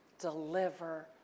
deliver